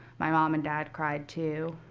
my mom and dad cried, too.